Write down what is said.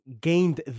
gained